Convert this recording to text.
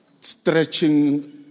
stretching